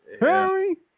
Harry